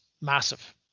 massive